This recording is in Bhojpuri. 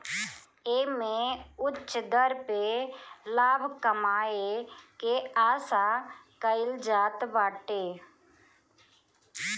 एमे उच्च दर पे लाभ कमाए के आशा कईल जात बाटे